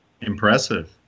Impressive